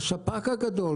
הספק הגדול,